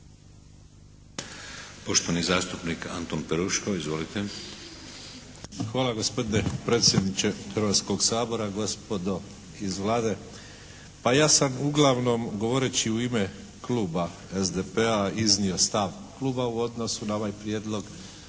Poštovani zastupnik Anton Peruško. Izvolite. **Peruško, Anton (SDP)** Hvala gospodine predsjedniče Hrvatskog sabora, gospodo iz Vlade. Pa ja sam uglavnom govoreći u ime kluba SDP-a iznio stav kluba u odnosu na ovaj Prijedlog